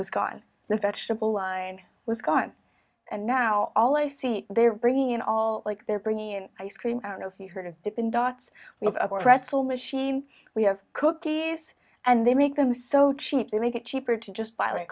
gone the vegetable line was gone and now all i see they're bringing in all like they're bringing in ice cream i don't know if you've heard of dippin dots or pretzel machine we have cookies and they make them so cheap they make it cheaper to just buy